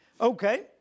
Okay